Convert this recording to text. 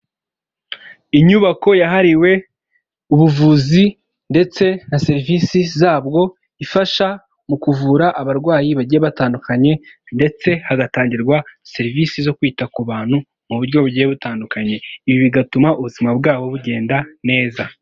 Inyubako yahariwe ubuvuzi, ndetse na serivisi zabwo, ifasha mu kuvura abarwayi bagiye batandukanye, ndetse hagatangirwa serivisi zo kwita ku bantu, mu buryo bugiye butandukanye. Ibi bigatuma ubuzima bwabo bugenda, neza.